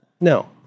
no